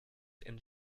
and